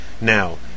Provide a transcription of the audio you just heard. Now